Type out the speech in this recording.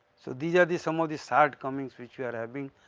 so, these are the some of the shortcomings which we are having